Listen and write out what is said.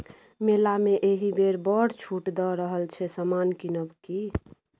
मेला मे एहिबेर बड़ छूट दए रहल छै समान किनब कि?